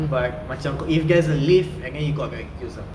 but macam k~ if there's a lift and then you got an excuse lah